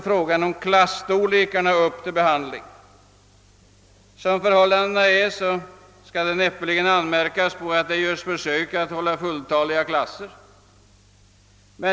frågan om klasstorlekarna upp till behandling. Som förhållandena är skall det näppeligen anmärkas på att det görs försök att hålla fulltaliga klasser.